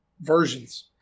versions